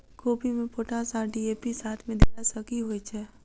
कोबी मे पोटाश आ डी.ए.पी साथ मे देला सऽ की होइ छै?